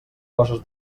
coses